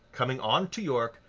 coming on to york,